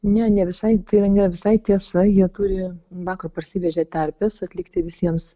ne ne visai tai yra ne visai tiesa jie turi vakar parsivežė terpes atlikti visiems